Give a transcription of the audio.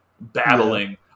battling